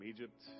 Egypt